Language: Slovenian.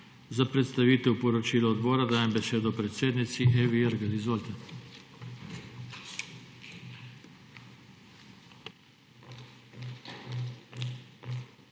predstavitev poročila odbora dajem besedo predsednici Evi Irgl. Izvolite.